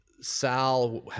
Sal